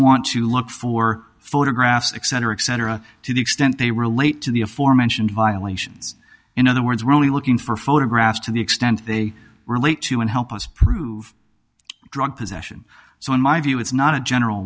want to look for photographs eccentric cetera to the extent they relate to the aforementioned violations in other words we're only looking for photographs to the extent they relate to and help us prove drug possession so in my view it's not a general